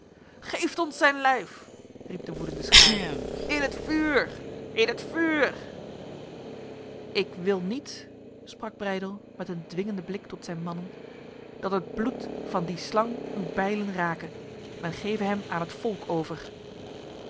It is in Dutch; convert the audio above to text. geeft ons zijn lijf riep de woedende schaar in het vuur in het vuur ik wil niet sprak breydel met een dwingende blik tot zijn mannen dat het bloed van die slang uw bijlen rake men geve hem aan het volk over